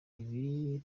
ibi